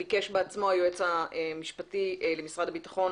שביקש בעצמו המשנה ליועץ המשפטי למשרד הביטחון